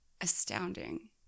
astounding